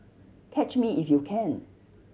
catch me if you can